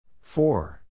Four